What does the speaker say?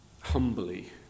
Humbly